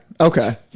Okay